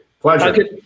pleasure